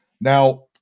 Now